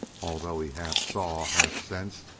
although he half saw, half sensed,